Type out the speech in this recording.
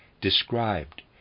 described